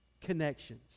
connections